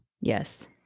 Yes